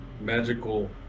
Magical